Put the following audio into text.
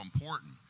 important